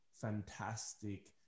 fantastic